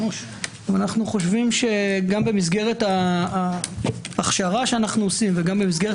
אנו חושבים שגם במסגרת ההכשרה שאנחנו עושים וגם במסגרת